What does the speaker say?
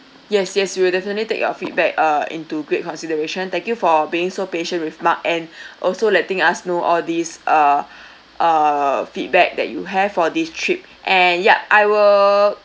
yes yes we will definitely take your feedback uh into great consideration thank you for being so patient with mark and also letting us know all these uh uh feedback that you have for this trip and yup I will